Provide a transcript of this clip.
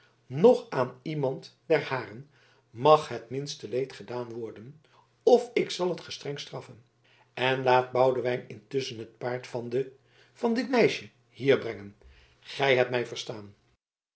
noch aan iemand der haren mag het minste leed gedaan worden of ik zal het gestreng straffen en laat boudewijn intusschen het paard van de van dit meisje hier brengen gij hebt mij verstaan